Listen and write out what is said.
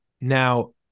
Now